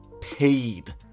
paid